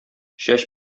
чәч